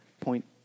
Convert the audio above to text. point